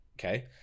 okay